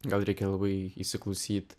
gal reikia labai įsiklausyt